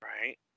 Right